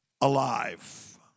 alive